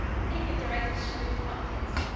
thank you, director shrieve-hawkins.